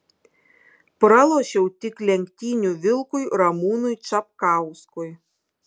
pralošiau tik lenktynių vilkui ramūnui čapkauskui